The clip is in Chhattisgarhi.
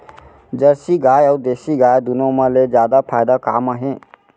जरसी गाय अऊ देसी गाय दूनो मा ले जादा फायदा का मा हे?